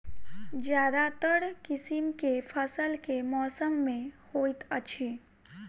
ज्यादातर किसिम केँ फसल केँ मौसम मे होइत अछि?